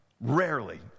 Rarely